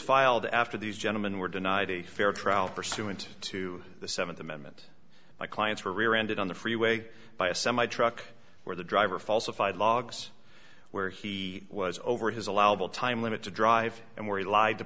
filed after these gentlemen were denied a fair trial pursuant to the seventh amendment my clients were rear ended on the freeway by a semi truck where the driver falsified logs where he was over his allowable time limit to drive and where he lied to